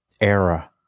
era